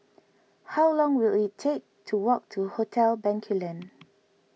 how long will it take to walk to Hotel Bencoolen